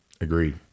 agreed